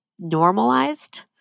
normalized